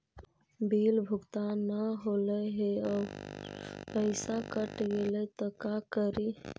Bill भुगतान न हौले हे और पैसा कट गेलै त का करि?